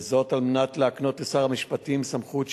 וזאת על מנת להקנות לשר המשפטים סמכות,